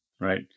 right